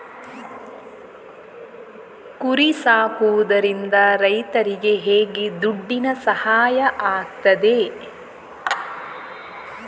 ಕುರಿ ಸಾಕುವುದರಿಂದ ರೈತರಿಗೆ ಹೇಗೆ ದುಡ್ಡಿನ ಸಹಾಯ ಆಗ್ತದೆ?